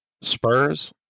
Spurs